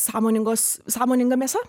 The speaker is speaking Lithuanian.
sąmoningos sąmoninga mėsa